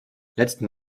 letzten